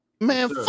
Man